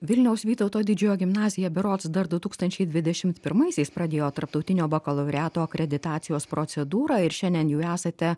vilniaus vytauto didžiojo gimnazija berods dar du tūkstančiai dvidešimt pirmaisiais pradėjo tarptautinio bakalaureato akreditacijos procedūrą ir šiandien jau esate